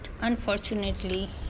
unfortunately